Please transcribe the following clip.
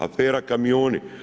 Afera Kamioni?